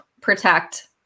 protect